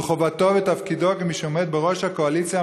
זו חובתו ותפקידו כמי שעומד בראש הקואליציה,